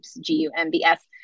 G-U-M-B-S